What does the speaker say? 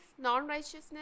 non-righteousness